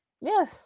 Yes